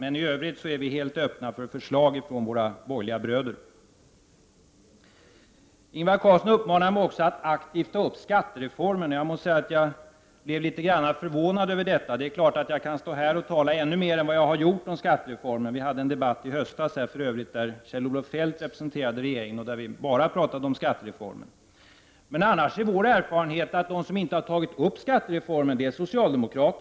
I övrigt är vi dock helt öppna för förslag ifrån våra borgerliga bröder. Ingvar Carlsson uppmanade mig också att aktivt ta upp skattereformen. Jag måste säga att jag blev litet förvånad över detta. Det är klart att jag kan stå här och tala ännu mera än vad jag har gjort om skattereformen. Vi hade för övrigt en debatt i höstas där Kjell-Olof Feldt representerade regeringen och där vi enbart talade om skattereformen. Vår erfarenhet är däremot att det är socialdemokraterna som inte har tagit upp skattereformen.